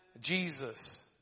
Jesus